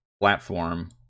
platform